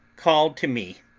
called to me,